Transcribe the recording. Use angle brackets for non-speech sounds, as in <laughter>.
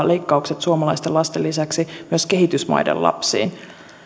<unintelligible> leikkaukset suomalaisten lasten lisäksi myös kehitysmaiden lapsiin